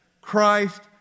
Christ